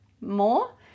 more